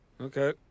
Okay